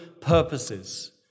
purposes